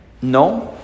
¿No